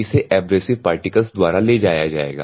इसे abrasive particles द्वारा ले जाया जाएगा